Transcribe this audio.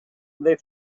they